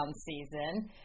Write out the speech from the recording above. season